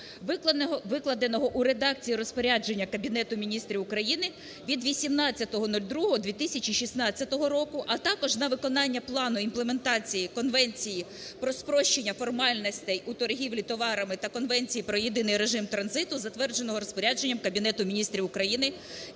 (викладеного у редакції розпорядження Кабінету Міністрів України від 18.02.2016 року), а також на виконання Плану імплементації Конвенції про спрощення формальностей у торгівлі товарами та Конвенції про єдиний режим транзиту, затвердженого розпорядженням Кабінету Міністрів України